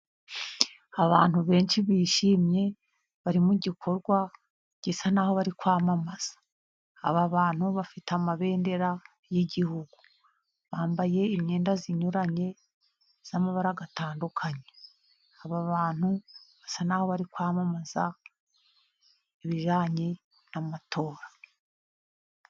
Abantu benshi bishimye bari mu gikorwa gisa n'aho bari kwamamaza. Aba bantu bafite amabendera y'igihugu. Bambaye imyenda inyuranye y'amabara atandukanye. Aba bantu basa n'aho bari kwamamaza ibijyanye n'amatora.